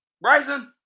Bryson